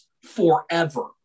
forever